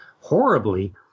horribly